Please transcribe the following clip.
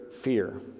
fear